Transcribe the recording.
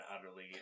utterly